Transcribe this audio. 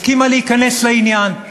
הסכימה להיכנס לעניין.